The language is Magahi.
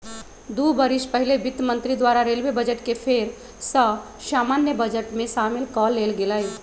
दू बरिस पहिले वित्त मंत्री द्वारा रेलवे बजट के फेर सँ सामान्य बजट में सामिल क लेल गेलइ